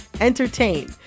entertain